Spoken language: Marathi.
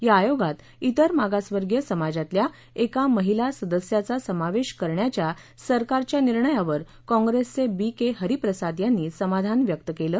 या आयोगात इतर मागासवर्गीय समाजातल्या एका महिला सदस्याचा समावेश करण्याच्या सरकारच्या निर्णयावर काँप्रेसचे बी के हरीप्रसाद यांनी समाधान व्यक्त केलं